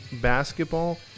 basketball